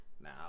now